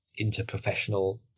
interprofessional